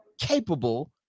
capable